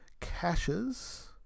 caches